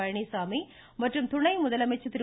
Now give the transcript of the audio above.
பழனிச்சாமி மற்றும் துணை முதலமைச்சர் திரு